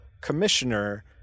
commissioner